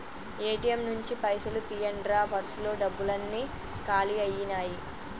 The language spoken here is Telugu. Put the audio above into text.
ఏ.టి.యం నుంచి పైసలు తీయండ్రా పర్సులో డబ్బులన్నీ కాలి అయ్యినాయి